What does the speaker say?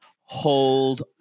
Hold